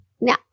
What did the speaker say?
Now